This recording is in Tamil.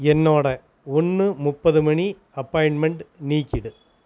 என்னோடய ஒன்று முப்பது மணி அப்பாயின்மெண்டு நீக்கிடு